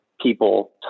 people